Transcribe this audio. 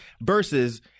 versus